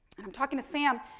and, i'm talking to sam,